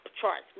charts